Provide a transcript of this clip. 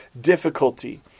difficulty